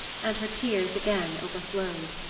and her tears again overflowed.